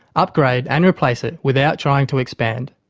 upgrade and replace it without trying to expand.